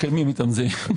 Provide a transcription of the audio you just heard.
כתב הזיכיון.